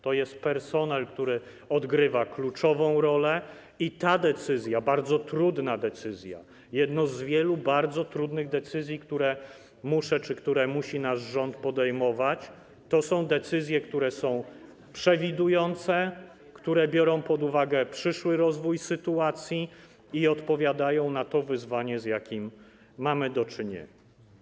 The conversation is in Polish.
To jest personel, który odgrywa kluczową rolę, i ta decyzja, bardzo trudna decyzja, jedna z wielu bardzo trudnych decyzji, które musi nasz rząd podejmować, to są decyzje przewidujące, w których bierze się pod uwagę przyszły rozwój sytuacji i odpowiada na to wyzwanie, z jakim mamy do czynienia.